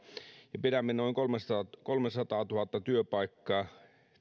ja pidämme noin kolmesataatuhatta työpaikkaa